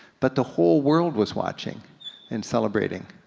but the whole world was watching and celebrating.